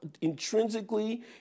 intrinsically